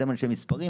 אתם אנשי מספרים,